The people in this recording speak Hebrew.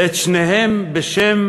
ואת שניהם, בשם